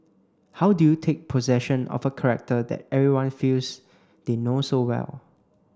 how do you take possession of a character that everyone feels they know so well